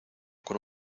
con